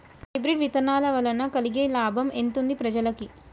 Hybrid విత్తనాల వలన కలిగే లాభం ఎంతుంది ప్రజలకి?